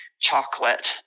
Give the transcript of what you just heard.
chocolate